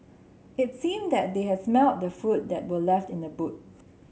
it seemed that they has smelt the food that were left in the boot